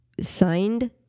signed